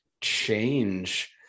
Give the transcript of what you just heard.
change